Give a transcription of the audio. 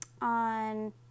on